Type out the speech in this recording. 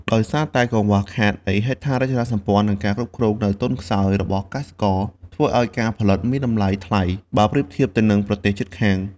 ដោយសារតែកង្វះខាតនៃហេដ្ឋារចនាសម្ព័ន្ធ និងការគ្រប់គ្រងនៅទន់ខ្សោយរបស់កសិករ ធ្វើឲ្យការផលិតមានតម្លៃថ្លៃ បើប្រៀបធៀបទៅនឹងប្រទេសជិតខាង។